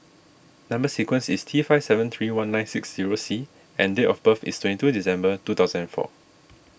Number Sequence is T five seven three one nine six zero C and date of birth is twenty two December two thousand four